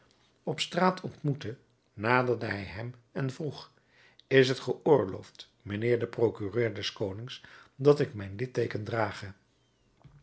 op straat ontmoette naderde hij hem en vroeg is t geoorloofd mijnheer de procureur des konings dat ik mijn litteeken drage